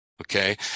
okay